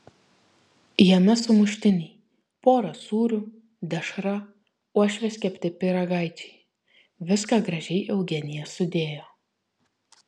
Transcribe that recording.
jame sumuštiniai pora sūrių dešra uošvės kepti pyragaičiai viską gražiai eugenija sudėjo